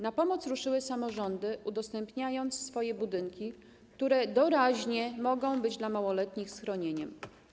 Na pomoc ruszyły samorządy, udostępniając swoje budynki, które doraźnie mogą być dla małoletnich schronieniem.